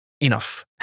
enough